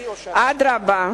אדרבה,